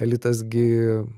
elitas gi